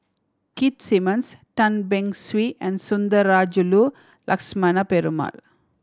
Keith Simmons Tan Beng Swee and Sundarajulu Lakshmana Perumal